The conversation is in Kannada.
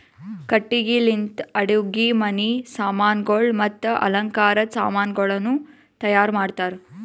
ಕಟ್ಟಿಗಿ ಲಿಂತ್ ಅಡುಗಿ ಮನಿ ಸಾಮಾನಗೊಳ್ ಮತ್ತ ಅಲಂಕಾರದ್ ಸಾಮಾನಗೊಳನು ತೈಯಾರ್ ಮಾಡ್ತಾರ್